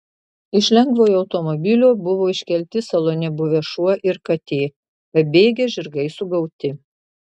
iš lengvojo automobilio buvo iškelti salone buvę šuo ir katė pabėgę žirgai sugauti